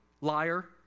liar